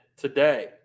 today